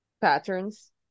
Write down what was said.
patterns